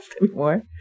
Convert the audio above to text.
anymore